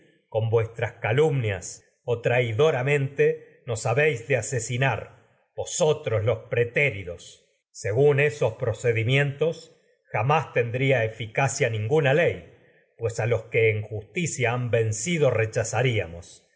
zaherir vues calumnias traidoramente nos habéis de asesinar vosotros los preteridos eficacia según esos procedimientos ja pues a más tendría ninguna ley los que en justicia han han vencido rechazaríamos